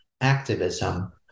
activism